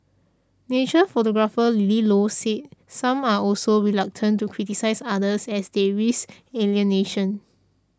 nature photographer Lily Low said some are also reluctant to criticise others as they risk alienation